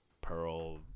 Pearl